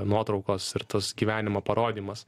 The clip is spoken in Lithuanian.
nuotraukos ir tas gyvenimo parodymas